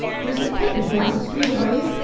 there's a pippin down the street a ways.